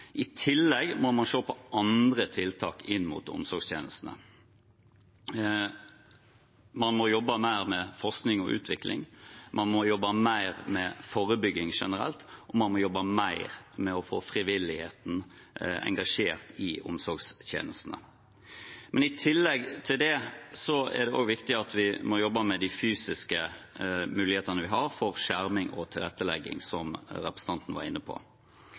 I tillegg må man se på andre tiltak inn mot omsorgstjenestene. Man må jobbe mer med forskning og utvikling, man må jobbe mer med forebygging generelt, og man må jobbe mer med å få frivilligheten engasjert i omsorgstjenestene. I tillegg til det er det også viktig at vi jobber med de fysiske mulighetene vi har for skjerming og tilrettelegging, som representanten var inne på.